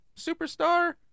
superstar